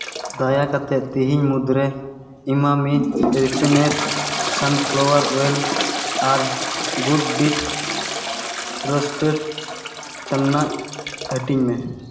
ᱫᱟᱭᱟ ᱠᱟᱛᱮᱫ ᱛᱮᱦᱤᱧ ᱢᱩᱫᱽᱨᱮ ᱤᱢᱟᱢᱤ ᱨᱮᱯᱷᱟᱭᱤᱱᱰ ᱥᱟᱱᱯᱷᱞᱟᱣᱟᱨ ᱳᱭᱮᱞ ᱟᱨ ᱜᱩᱰᱰᱤᱴ ᱨᱳᱥᱴᱮᱰ ᱪᱟᱱᱱᱟ ᱦᱟᱹᱴᱤᱧ ᱢᱮ